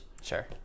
Sure